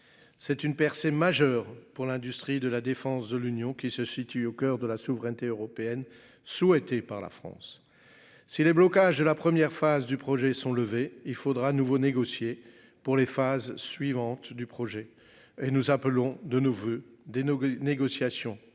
C'est une percée majeure pour l'industrie de la défense de l'Union qui se situe au coeur de la souveraineté européenne souhaitée par la France. Si les blocages de la première phase du projet sont levées il faudra à nouveau négocier pour les phases suivantes du projet et nous appelons de nos voeux des négociations